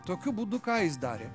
tokiu būdu ką jis darė